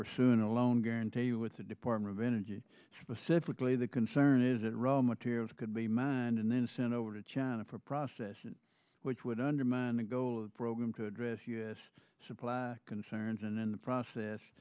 pursue no loan guarantee with the department of energy specifically the concern is that raw materials could be mined and then sent over to china for a process which would undermine the goal of the program to address u s supply concerns and in the process